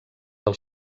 del